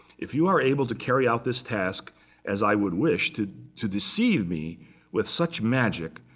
if you are able to carry out this task as i would wish, to to deceive me with such magic,